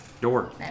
door